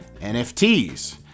NFTs